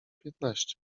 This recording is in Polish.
piętnaście